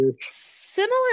similar